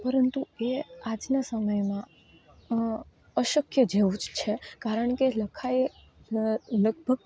પરંતુ એ આજના સમયમાં અશક્ય જેવું જ છે કારણ કે લખાય લગભગ